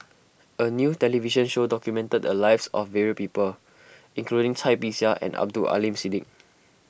a new television show documented the lives of various people including Cai Bixia and Abdul Aleem Siddique